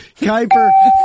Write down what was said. Kuiper